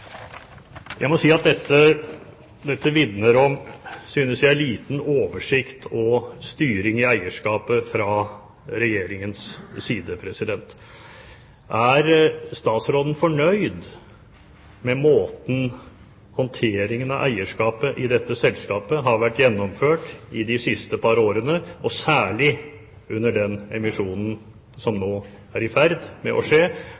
Dette vitner om, synes jeg, liten oversikt og styring av eierskapet fra Regjeringens side. Er statsråden fornøyd med måten håndteringen av eierskapet i dette selskapet har vært gjennomført på i de siste par årene, og særlig under den emisjonen som nå er i ferd med å skje,